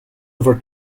over